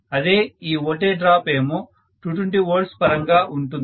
అదే ఈ voltage drop ఏమో 220 V పరంగా ఉంటుంది